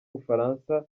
bufaransa